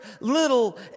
little